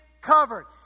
covered